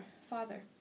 Father